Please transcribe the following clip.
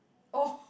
oh